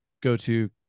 go-to